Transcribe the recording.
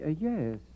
yes